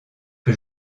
que